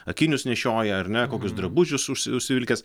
akinius nešioja ar ne kokius drabužius užsi užsivilkęs